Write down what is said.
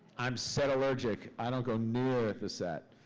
i'm set allergic. i don't go near the set.